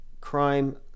crime